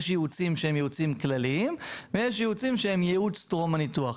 יש ייעוצים שהם ייעוצים כלליים ויש ייעוצים שהם ייעוץ טרום ניתוח.